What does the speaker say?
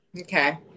Okay